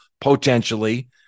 potentially